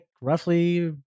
roughly